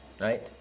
right